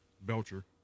Belcher